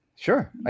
Sure